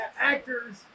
actors